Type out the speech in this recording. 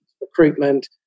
recruitment